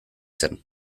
zen